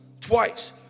twice